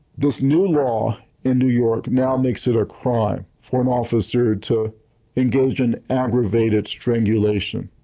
this new law in new york now makes it a crime for an officer to engage in aggravated strangulation.